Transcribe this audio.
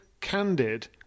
candid